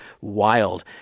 wild